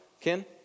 Ken